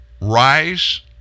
rise